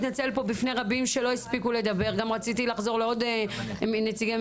שלא הספיקו לדבר, אם נצטרך,